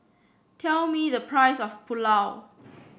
tell me the price of Pulao